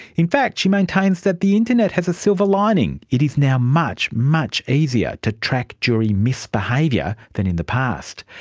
in fact she maintains that the internet has a silver lining. it is now much, much easier to track jury misbehaviour than in the past.